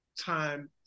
time